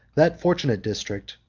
that fortunate district,